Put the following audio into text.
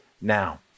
now